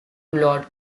lord